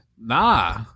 Nah